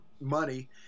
money